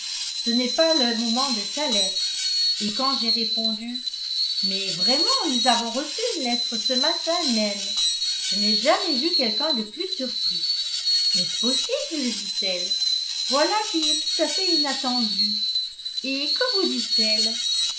ce n'est pas le moment de sa lettre et quand j'ai répondu mais vraiment nous avons reçu une lettre ce matin même je n'ai jamais vu quelqu'un de plus surpris est-ce possible dit-elle voilà qui est tout à fait inattendu et que vous dit-elle